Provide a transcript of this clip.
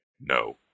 No